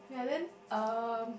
yeah then um